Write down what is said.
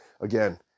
again